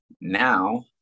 now